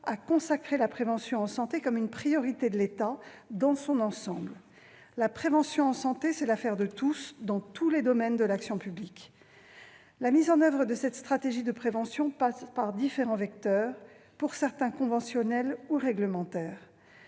a consacré la prévention en santé comme une priorité de l'État dans son ensemble : la prévention en santé, c'est l'affaire de tous, dans tous les domaines de l'action publique. La mise en oeuvre de cette stratégie de prévention passe par différents vecteurs, conventionnels ou réglementaires